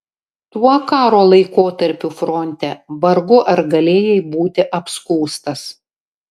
tuo karo laikotarpiu fronte vargu ar galėjai būti apskųstas